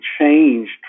changed